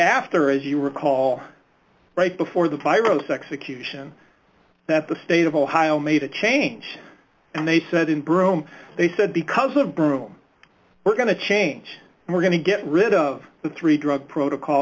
after as you recall right before the pyrotechnic usia and that the state of ohio made a change and they said in broome they said because of broome we're going to change and we're going to get rid of the three drug protocol